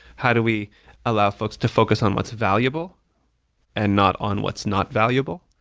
how do we allow folks to focus on what's valuable and not on what's not valuable?